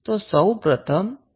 તો સૌ પ્રથમ શું કરીશું